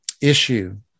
issue